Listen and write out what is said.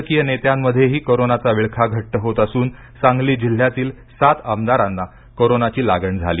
राजकीय नेत्यांमध्येही कोरोनाचा विळखा घट्ट होत असून सांगली जिल्ह्यातील सात आमदारांना कोरोनाची लागण झाली